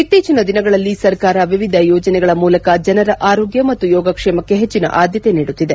ಇತ್ತೀಚಿನ ದಿನಗಳಲ್ಲಿ ಸರ್ಕಾರ ವಿವಿಧ ಯೋಜನೆಗಳ ಮೂಲಕ ಜನರ ಆರೋಗ್ಯ ಮತ್ತು ಯೋಗಕ್ಷೇಮಕ್ಕ ಹೆಚ್ಚನ ಆದ್ದತೆ ನೀಡುತ್ತಿದೆ